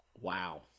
Wow